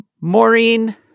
Maureen